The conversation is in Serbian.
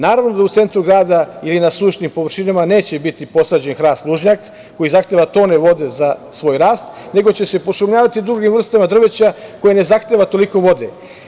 Naravno da u centru grada ili na sušnim površinama neće biti posađen hrast lužnjak, koji zahteva tone vode za svoj rast, nego će se pošumljavati drugim vrstama drveća, koje ne zahteva toliko vode.